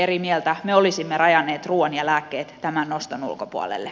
me olisimme rajanneet ruuan ja lääkkeet tämän noston ulkopuolelle